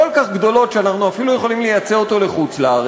כל כך גדולות שאנחנו אפילו יכולים לייצא אותו לחוץ-לארץ,